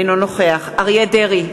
אינו נוכח אריה דרעי,